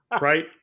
Right